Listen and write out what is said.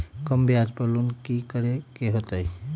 कम ब्याज पर लोन की करे के होतई?